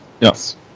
Yes